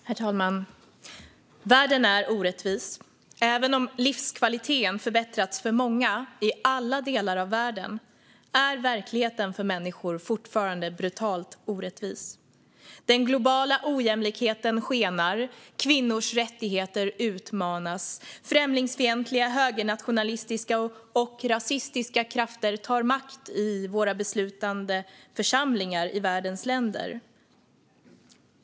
Herr talman! Världen är orättvis. Även om livskvaliteten förbättrats för många i alla delar av världen är verkligheten för människor fortfarande brutalt orättvis. Den globala ojämlikheten skenar. Kvinnors rättigheter utmanas. Främlingsfientliga, högernationalistiska och rasistiska krafter tar makt i beslutande församlingar i världens länder.